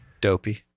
Dopey